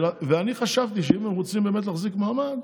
ואני חשבתי שאם הם רוצים באמת להחזיק מעמד,